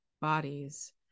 bodies